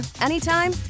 anytime